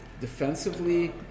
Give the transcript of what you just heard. Defensively